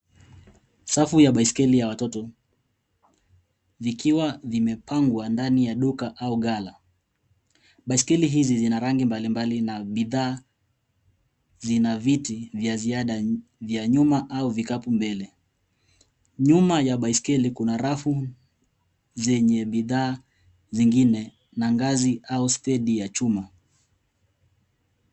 Safu ya baiskeli ya watoto likiwa limepangwa ndani ya duka au gala. Baiskeli hizi zina rangi mbalimbali na bidhaa zina viti vya ziada vya nyuma au vikapu mbele. Nyuma ya baiskeli kuna rafu zenye bidhaa zingine na ngazi au stedi ya chuma.